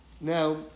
Now